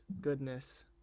goodness